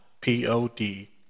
P-O-D